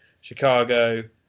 Chicago